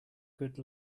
good